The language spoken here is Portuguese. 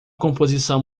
composição